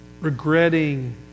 regretting